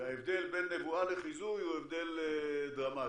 ההבדל בין נבואה לחיזוי הוא הבדל דרמטי.